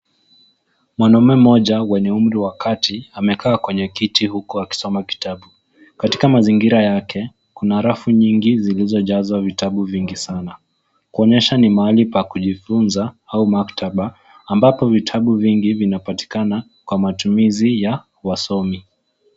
Mwanaume mmoja wenye umri wa kati, amekaa kwenye kiti huku akisoma kitabu. Katika mazingira yake, kuna rafu nyingi, zilizojazwa vitabu vingi sana, kuonyesha ni mahali pa kujifunza, au maktaba, ambapo vitabu vingi vinapatikana, kwa matumizi ya wasomi.